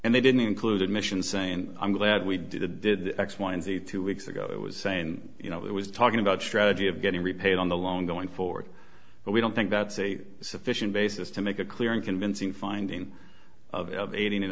and they didn't include admissions saying i'm glad we did a did x y and z two weeks ago it was saying you know it was talking about strategy of getting repaid on the loan going forward but we don't think that's a sufficient basis to make a clear and convincing finding of aiding and